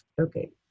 Okay